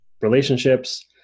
relationships